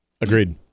Agreed